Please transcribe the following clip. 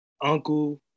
uncle